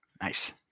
Nice